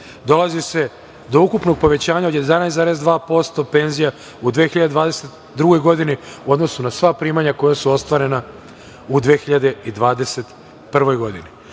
dolazi se do ukupnog povećanja od 11,2% penzija u 2022. godini u odnosu na sva primanja koja su ostvarena u 2021. godini.Za